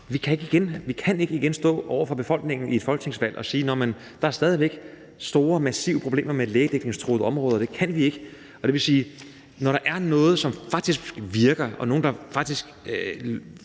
igen kan stå over for befolkningen ved et folketingsvalg og sige, at der stadig væk er store og massive problemer med lægedækningstruede områder – det kan vi ikke. Det vil sige, at når der er noget, som faktisk virker, og nogle, der faktisk